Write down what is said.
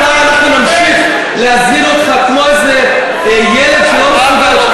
אנחנו נמשיך להזמין אותך כמו איזה ילד שלא מסוגל,